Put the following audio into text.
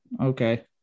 Okay